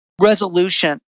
resolution